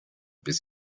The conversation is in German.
bis